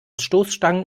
stoßstangen